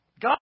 God